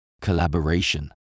collaboration